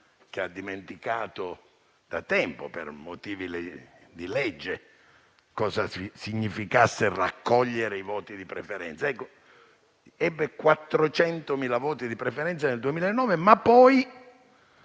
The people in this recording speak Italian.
che ha dimenticato da tempo, per motivi di legge, cosa significhi raccogliere i voti di preferenza. Ebbe 400.000 voti di preferenza nel 2009, ma poi